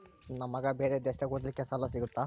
ನನ್ನ ಮಗ ಬೇರೆ ದೇಶದಾಗ ಓದಲಿಕ್ಕೆ ಸಾಲ ಸಿಗುತ್ತಾ?